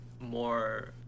more